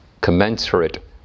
commensurate